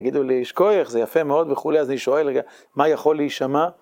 תגידו לי, שכוייח, זה יפה מאוד וכולי, אז אני שואל, מה יכול להישמע?